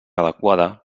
adequada